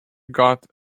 got